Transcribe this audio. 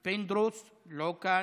; פינדרוס, לא כאן,